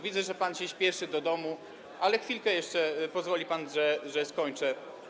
Widzę, że pan się spieszy do domu, ale chwilkę jeszcze, pozwoli pan, że skończę.